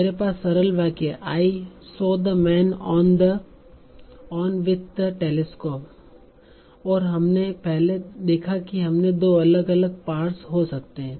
मेरे पास सरल वाक्य है I saw the man on with the telescope और हमने पहले देखा कि इसमें दो अलग अलग पार्स हो सकते हैं